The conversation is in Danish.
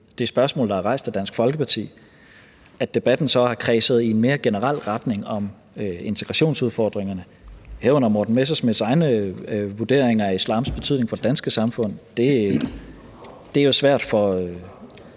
det spørgsmål, der er rejst af Dansk Folkeparti. At debatten så er gået i en mere generel retning og har kredset om integrationsudfordringerne, herunder Morten Messerschmidts egne vurderinger af islams betydning for det danske samfund, er jo svært for